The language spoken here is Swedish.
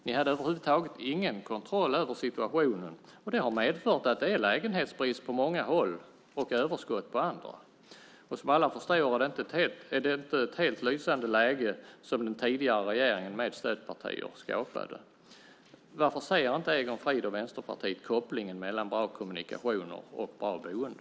Ni hade över huvud taget ingen kontroll över situationen, och det har medfört att det är lägenhetsbrist på många håll och överskott på andra. Som alla förstår är det inte ett helt lysande läge som den tidigare regeringen med stödpartier skapade. Varför ser inte Egon Frid och Vänsterpartiet kopplingen mellan bra kommunikationer och bra boende?